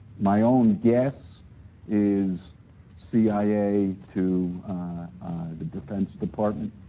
my own guess is cia to the defense department,